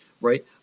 right